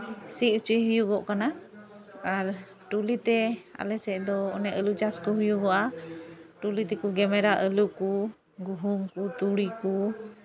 ᱥᱤ ᱦᱚᱪᱚᱭ ᱦᱩᱭᱩᱜᱚᱜ ᱠᱟᱱᱟ ᱟᱨ ᱴᱚᱞᱤ ᱛᱮ ᱟᱞᱮ ᱥᱮᱫ ᱫᱚ ᱚᱱᱮ ᱟᱹᱞᱩ ᱪᱟᱥ ᱠᱚ ᱦᱩᱭᱩᱜᱚᱜᱼᱟ ᱴᱚᱞᱤ ᱛᱮᱠᱚ ᱜᱮᱢᱮᱨᱟ ᱟᱹᱞᱩ ᱠᱚ ᱜᱩᱦᱩᱢ ᱠᱚ ᱛᱩᱲᱤ ᱠᱚ